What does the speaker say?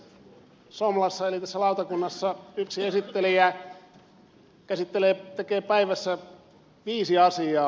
somlassa eli tässä lautakunnassa yksi esittelijä käsittelee päivässä viisi asiaa